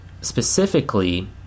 specifically